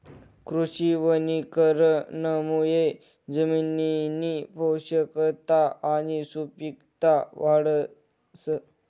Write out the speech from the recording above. कृषी वनीकरणमुये जमिननी पोषकता आणि सुपिकता वाढस